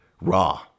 Raw